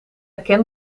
kent